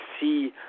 see